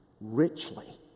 richly